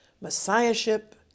messiahship